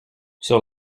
sur